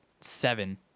seven